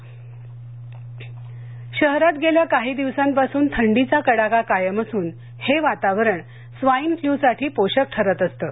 swine flu शहरात गेल्या काही दिवसांपासून थंडीचा कडाका कायम असून हे वातावरण स्वाईन फ्लूसाठी पोषक ठरत असतं